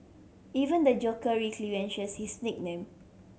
even the Joker relinquishes his nickname